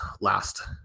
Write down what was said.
last